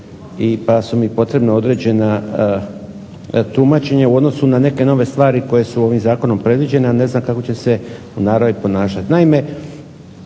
pa su mi potrebna određena tumačenja u odnosu na neke nove stvari koje su ovim zakonom predviđene, a ne znam kako će se u naravi ponašati.